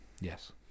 Yes